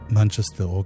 Manchester